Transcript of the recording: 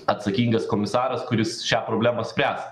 atsakingas komisaras kuris šią problemą spręs